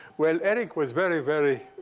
well, erik was very, very,